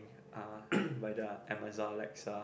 uh by the Amazon